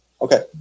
Okay